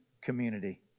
community